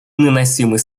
наносимый